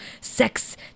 sex